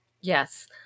Yes